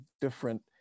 different